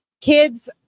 kids